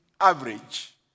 average